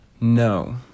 no